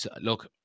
look